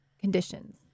conditions